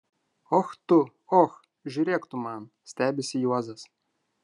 och tu och žiūrėk tu man stebisi juozas